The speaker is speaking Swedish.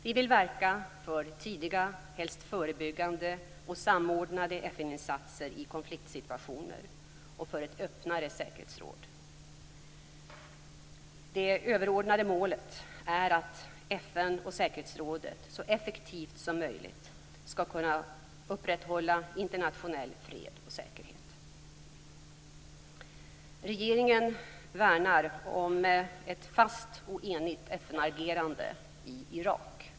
Vi vill verka för tidiga, helst förebyggande, och samordnade FN-insatser i konfliktsituationer och för ett öppnare säkerhetsråd. Det överordnade målet är att FN och säkerhetsrådet så effektivt som möjligt skall kunna upprätthålla internationell fred och säkerhet. Regeringen värnar ett fast och enigt FN-agerande i Irak.